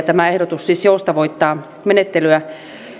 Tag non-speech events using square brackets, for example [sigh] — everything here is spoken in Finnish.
[unintelligible] tämä ehdotus siis joustavoittaa menettelyä